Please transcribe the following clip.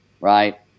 right